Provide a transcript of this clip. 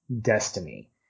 destiny